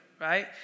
right